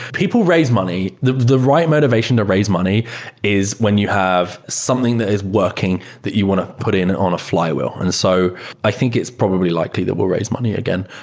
people raise money. the the right motivation to raise money is when you have something that is working that you want to put in on a flywheel. and so i think it's probably likely that we'll raise money again.